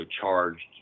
charged